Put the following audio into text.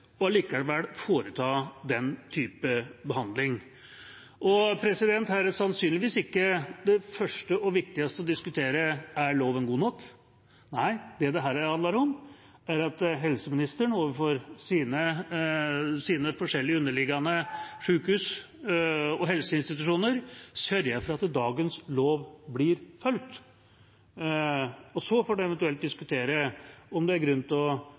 er sannsynligvis ikke om loven er god nok. Nei, her handler det om at helseministeren, overfor de forskjellige underliggende sykehusene og helseinstitusjonene, sørger for at dagens lov blir fulgt. Deretter får man eventuelt diskutere om det er grunn til å